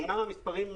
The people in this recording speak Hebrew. אמנם המספרים,